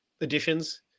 additions